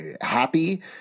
happy